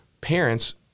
parents